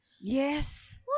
Yes